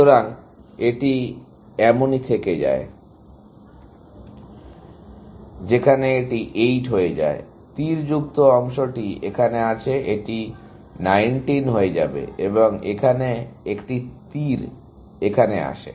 সুতরাং এটি এমনই থেকে যায় যেখানে এটি 8 হয়ে যায় তীর যুক্ত অংশটি এখানে আছে এটি 19 হয়ে যাবে এবং এখানে একটি তীর এখানে আসে